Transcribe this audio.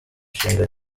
nshinga